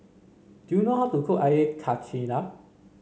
do you know how to cook Air Karthira